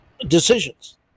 decisions